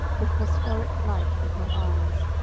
the phosphoric light of her eyes,